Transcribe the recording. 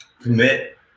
commit